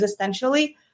existentially